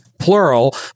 plural